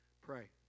Pray